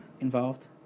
involved